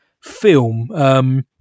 film